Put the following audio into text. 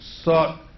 sought